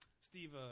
Steve